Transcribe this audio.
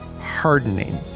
hardening